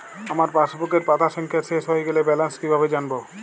আমার পাসবুকের পাতা সংখ্যা শেষ হয়ে গেলে ব্যালেন্স কীভাবে জানব?